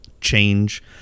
change